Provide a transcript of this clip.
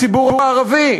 הציבור הערבי,